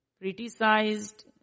criticized